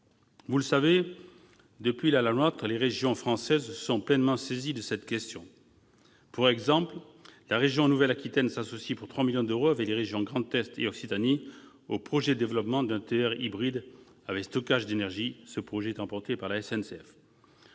Vous le savez, depuis la loi NOTRe, les régions françaises se sont pleinement saisies de cette question. Par exemple, la région Nouvelle Aquitaine s'associe, pour 3 millions d'euros, avec les régions Grand Est et Occitanie au projet de développement d'un TER hybride avec stockage d'énergie embarqué, porté par la SNCF.